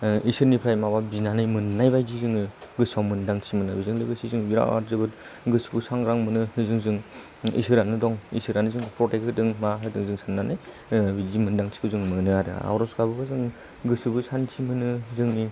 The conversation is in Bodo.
इसोरनिफ्राय माबा बिनानै मोननायबायदि जोङो गोसोआव मोनदांथि मोनो बेजों लोगोसे जों बिराद जोबोद गोसोखौ सांग्रां मोनो बेजों जों इसोरानो दं इसोरानो जोंखौ प्रटेक्ट होदों मा होदों जों साननानै बिदि मोनदांथिखौ जों मोनो आरो आर'ज गाबोब्ला जों गोसोबो सान्थि मोनो जोंनि